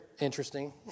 interesting